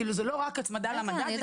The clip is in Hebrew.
כאילו זו לא רק הצמדה למדד.